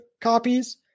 copies